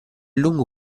lungo